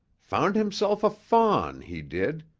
found himself a fawn, he did,